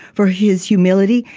for his humility.